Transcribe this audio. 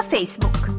Facebook